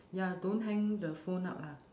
ya don't hang the phone up lah